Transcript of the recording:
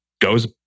goes